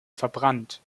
verbrannt